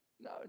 No